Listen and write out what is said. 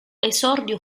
esordio